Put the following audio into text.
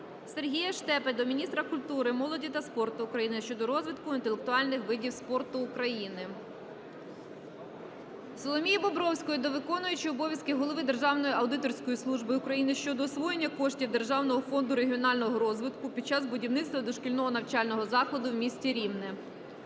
Сергія Штепи до міністра культури, молоді та спорту України щодо розвитку інтелектуальних видів спорту України. Соломії Бобровської до виконуючої обов'язки Голови Державної аудиторської служби України щодо освоєння коштів Державного фонду регіонального розвитку під час будівництва дошкільного навчального закладу в місті Рівне.